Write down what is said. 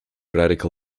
radical